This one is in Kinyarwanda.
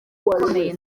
akomeye